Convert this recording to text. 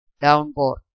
downpour